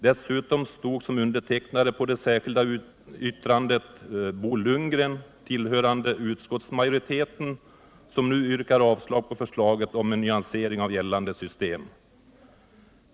Det hade också undertecknats av Bo Lundgren, nu tillhörande utskottsmajoriteten som yrkar avslag på förslaget om en nyanscring av gällande system.